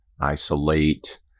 Isolate